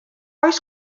oes